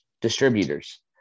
distributors